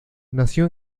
nació